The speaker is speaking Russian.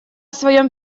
своем